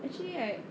actually right